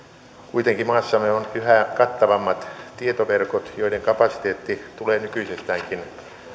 kuitenkin maassamme on yhä kattavammat tietoverkot joiden kapasiteetti tulee nykyisestäänkin